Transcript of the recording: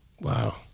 Wow